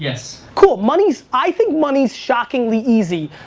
yes. cool, money is i think money is shockingly easy.